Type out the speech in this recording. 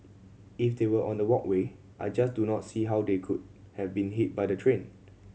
if they were on the walkway I just do not see how they could have been hit by the train